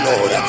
Lord